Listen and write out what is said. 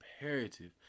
imperative